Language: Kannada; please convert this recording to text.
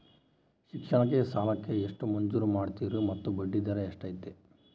ಶಿಕ್ಷಣ ಸಾಲಕ್ಕೆ ಎಷ್ಟು ಮಂಜೂರು ಮಾಡ್ತೇರಿ ಮತ್ತು ಬಡ್ಡಿದರ ಎಷ್ಟಿರ್ತೈತೆ?